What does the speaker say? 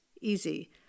easy